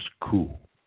cool